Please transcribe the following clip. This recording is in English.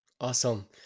awesome